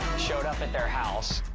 showed up at their house,